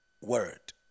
Word